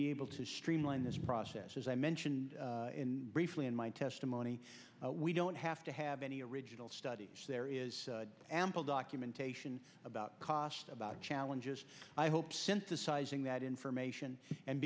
be able to streamline this process as i mentioned briefly in my testimony we don't have to have any original study there is ample documentation about cost about challenges i hope synthesizing that information and